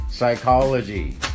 Psychology